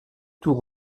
tout